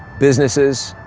businesses,